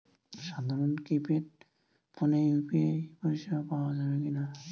সাধারণ কিপেড ফোনে ইউ.পি.আই পরিসেবা পাওয়া যাবে কিনা?